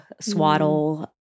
swaddle